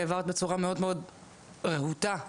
העברת בצורה מאוד מאוד רהוטה וקולעת,